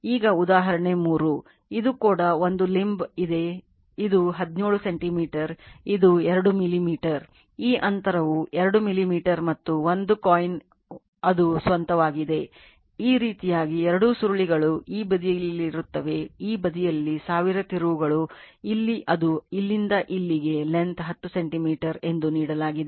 ಈಗ ಉದಾಹರಣೆ 3 ಇದು ಕೂಡ ಒಂದು limb 10 ಸೆಂಟಿಮೀಟರ್ ಎಂದು ನೀಡಲಾಗಿದೆ